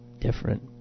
different